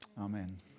Amen